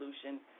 solution